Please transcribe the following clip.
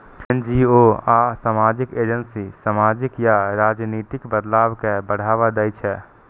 NGO आ सामाजिक agency सामाजिक या राजनीतिक बदलाव कें बढ़ावा दै छै